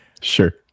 Sure